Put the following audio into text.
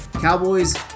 Cowboys